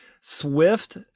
Swift